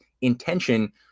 intention